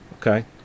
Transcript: Okay